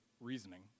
reasoning